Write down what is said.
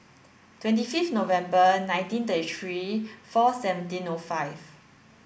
twenty fifth November nineteen thirty three four seventeen O five